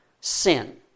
sin